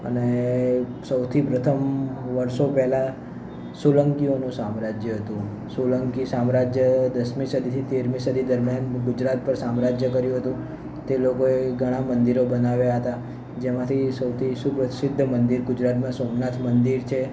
અને સૌથી પ્રથમ વર્ષો પહેલાં સોલંકીઓનું સામ્રાજ્ય હતું સોલંકી સામ્રાજ્ય દસમી સદીથી તેરમી સદી દરમિયાન ગુજરાત પર સામ્રાજ્ય કર્યું હતું તે લોકોએ ઘણાં મંદિરો બનાવ્યાં હતાં જેમાંથી સૌથી સુપ્રસિદ્ધ મંદિર ગુજરાતમાં સોમનાથ મંદિર છે